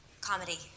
comedy